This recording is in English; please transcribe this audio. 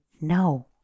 no